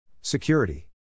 Security